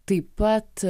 taip pat